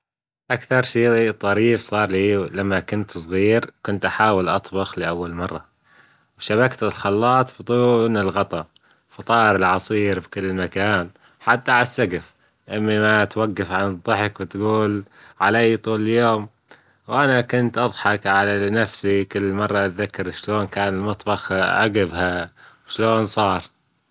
أكثر شي طريف صار لي لما كنت صغير كنت أحاول أطبخ لأول مرة، شبكت الخلاط بدون الغطا، فطار العصير في كل مكان حتى ع السقف، أمي ما توجف عن الضحك وتجول علي طول اليوم، وأنا كنت أضحك على نفسي كل مرة أتذكر شلون كان المطبخ عجبها شلون صار.